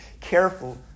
careful